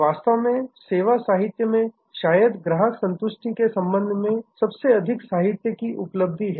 वास्तव में सेवा साहित्य में शायद ग्राहक संतुष्टिके संबंध में सबसे अधिक साहित्य की उपलब्धि हैं